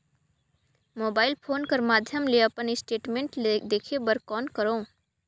Mobile phone कर माध्यम ले अपन स्टेटमेंट देखे बर कौन करों?